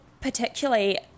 particularly